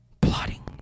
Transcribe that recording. plotting